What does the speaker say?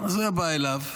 הוא היה בא אליו: